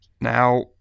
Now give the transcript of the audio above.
Now